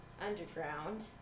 underground